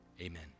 amen